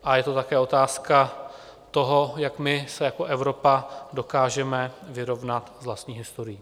A je to také otázka toho, jak my se jako Evropa dokážeme vyrovnat s vlastní historií.